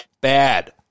Bad